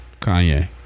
Kanye